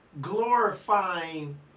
Glorifying